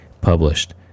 published